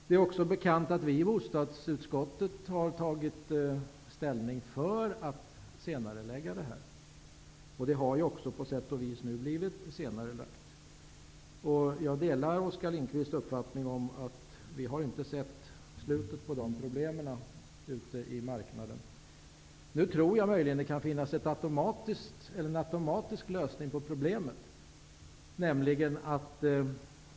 Det är också bekant att vi i bostadsutskottet har tagit ställning för en senareläggning av den här åtgärden, och den har ju också på sätt och vis blivit senarelagd. Jag delar Oskar Lindkvists uppfattning att vi ännu inte har sett slutet på problemen kring detta ute på marknaden. Jag tror att det möjligen kan finnas en automatisk lösning på problemet.